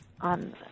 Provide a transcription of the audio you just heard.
on